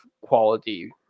quality